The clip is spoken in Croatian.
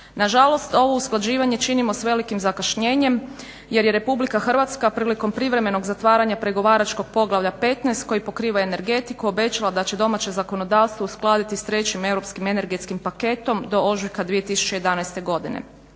Nažalost ovo usklađivanje činimo s velikim zakašnjenjem jer je RH prilikom privremenog zatvaranja pregovaračkog poglavlja 15 koji pokriva energetiku obećala da će domaće zakonodavstvo uskladiti s 3. Europskim energetskim paketom do ožujka 2011.godine.